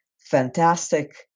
fantastic